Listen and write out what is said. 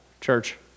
church